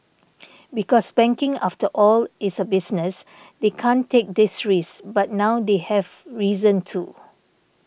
because banking after all is a business they can't take these risks but now they have reason to